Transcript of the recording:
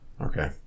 Okay